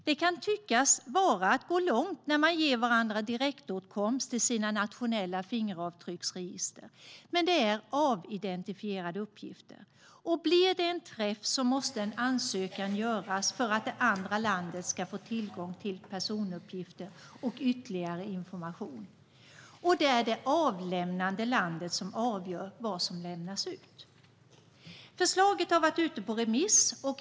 Det kan tyckas vara att gå långt när man ger varandra direktåtkomst till sina nationella fingeravtrycksregister, men det är avidentifierade uppgifter. Blir det en träff måste en ansökan göras för att det andra landet ska få tillgång till personuppgifter och ytterligare information, och det är det avlämnande landet som avgör vad som lämnas ut. Förslaget har varit ute på remiss.